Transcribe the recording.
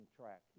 track